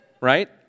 right